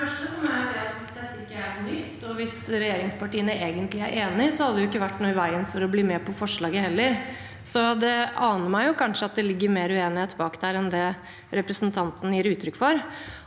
det første må jeg si at hvis dette ikke er noe nytt, og hvis regjeringspartiene egentlig er enige, hadde det ikke vært noe i veien for å bli med på forslaget heller, så det aner meg at det kanskje ligger mer uenighet bak enn det representanten gir uttrykk for.